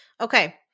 Okay